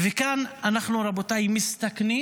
וכאן, רבותיי, אנחנו מסתכנים